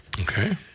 Okay